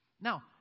Now